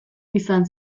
izan